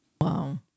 Wow